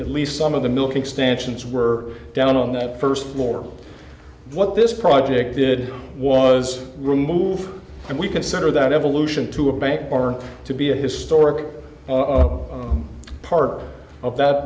at least some of the milk extensions were down on that first floor what this project did was remove and we consider that evolution to a bank or to be a historic part of that